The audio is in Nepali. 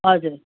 हजुर